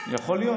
כי אולי,